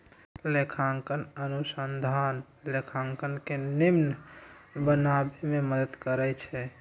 लेखांकन अनुसंधान लेखांकन के निम्मन बनाबे में मदद करइ छै